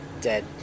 dead